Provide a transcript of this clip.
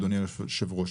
אדוני היושב-ראש,